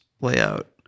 layout